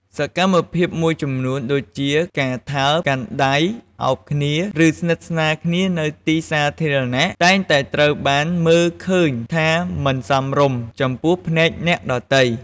សកម្មភាពមួយចំនួនដូចជា ការថើប កាន់ដៃ អោបគ្នា ឬស្និទ្ធស្នាលគ្នានៅទីសាធារណៈ តែងតែត្រូវបានមើលឃើញថាមិនសមរម្យ ចំពោះភ្នែកអ្នកដទៃ។